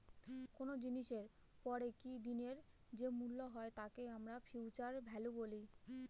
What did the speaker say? কোনো জিনিসের পরে কি দিনের যে মূল্য হয় তাকে আমরা ফিউচার ভ্যালু বলি